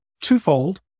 Twofold